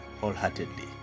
wholeheartedly